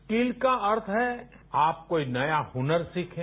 skill का अर्थ है आप कोई नया हुनर सीखें